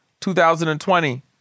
2020